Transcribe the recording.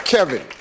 Kevin